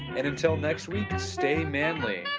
and until next week, stay manly